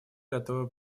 готовы